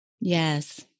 Yes